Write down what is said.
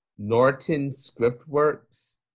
NortonScriptworks